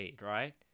right